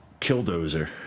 Killdozer